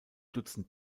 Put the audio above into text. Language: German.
dutzend